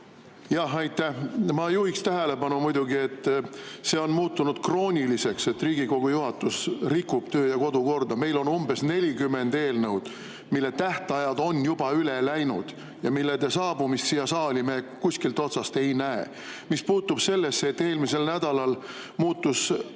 Ma juhiksin muidugi tähelepanu, et see on muutunud krooniliseks, et Riigikogu juhatus rikub töö- ja kodukorda. Meil on umbes 40 eelnõu, mille tähtajad on juba üle läinud ja mille saabumist siia saali me kuskilt otsast ei näe. Mis puutub sellesse, et eelmisel nädalal muutus